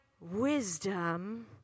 wisdom